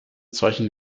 solchen